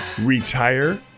Retire